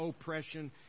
oppression